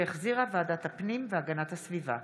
שהחזירה ועדת הפנים והגנת הסביבה.